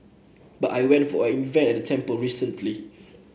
but I went for an event at a temple recently